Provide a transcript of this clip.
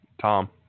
Tom